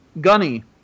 Gunny